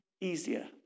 easier